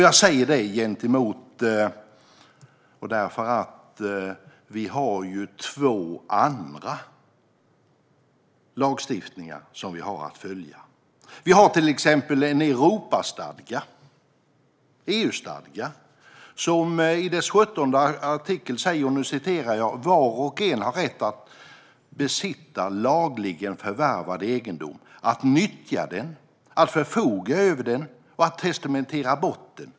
Jag säger det eftersom vi har två andra lagstiftningar att följa. Vi har till exempel en EU-stadga, som i sin artikel 17 säger: "Var och en har rätt att besitta lagligen förvärvad egendom, att nyttja den, att förfoga över den och att testamentera bort den."